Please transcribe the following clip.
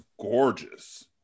gorgeous